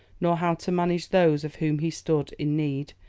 nor how to manage those of whom he stood in need,